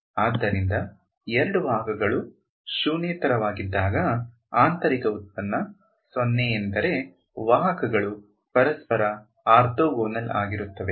ಆದ್ದರಿಂದ ಎರಡು ವಾಹಕಗಳು ಶೂನ್ಯೇತರವಾಗಿದ್ದಾಗ ಆಂತರಿಕ ಉತ್ಪನ್ನ 0 ಎಂದರೆ ವಾಹಕಗಳು ಪರಸ್ಪರ ಆರ್ಥೋಗೋನಲ್ ಆಗಿರುತ್ತವೆ